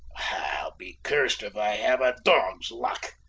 i'll be cursed if i have a dog's luck!